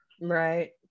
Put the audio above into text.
right